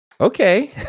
Okay